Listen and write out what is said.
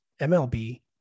MLB